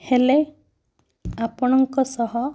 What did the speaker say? ହେଲେ ଆପଣଙ୍କ ସହ